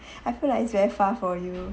I feel like it's very far for you